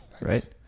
right